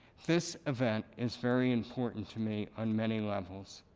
this event is very important to me on many levels.